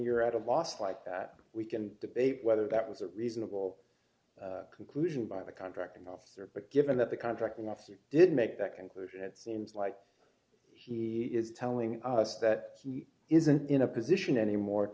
you're at a loss like that we d can debate whether that was a reasonable conclusion by the contracting officer but given that the contracting officer did make that conclusion it seems like he is telling us that he isn't in a position anymore